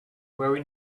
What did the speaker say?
very